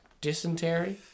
Dysentery